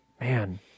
man